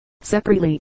separately